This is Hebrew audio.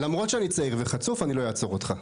למרות שאני צעיר וחצוף, אני לא אעצור אותך.